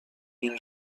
این